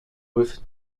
with